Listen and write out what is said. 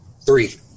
Three